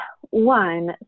One